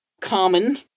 common